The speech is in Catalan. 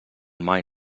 mai